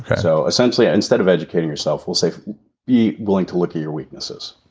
so essentially, ah instead of educating yourself, we'll say be willing to look at your weaknesses.